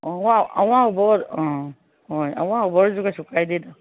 ꯑꯥ ꯍꯣꯏ ꯑꯋꯥꯎꯕ ꯑꯣꯏꯔꯁꯨ ꯀꯩꯁꯨ ꯀꯥꯏꯗꯦꯗ